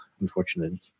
unfortunately